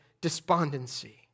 despondency